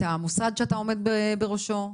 אני רואה איך אתה מייצג את המוסד שאתה עומד בראשו,